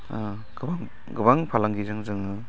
गोबां गोबां फालांगिजों जोङो